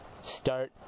Start